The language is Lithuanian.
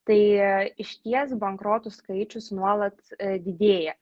tai išties bankrotų skaičius nuolat didėja